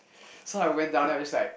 so I went down and I was just like